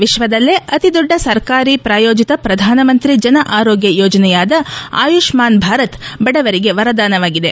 ವಿಶ್ವದಲ್ಲೇ ಅತಿದೊಡ್ಡ ಸರ್ಕಾರಿ ಪ್ರಾಯೋಜಿತ ಪ್ರಧಾನಮಂತ್ರಿ ಜನ ಆರೋಗ್ಯ ಯೋಜನೆಯಾದ ಆಯುಷ್ಠಾನ್ ಭಾರತ್ ಬಡವರಿಗೆ ವರದಾನವಾಗಿದೆ